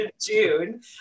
June